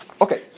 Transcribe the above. Okay